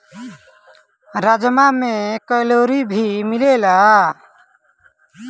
राजमा में कैलोरी भी मिलेला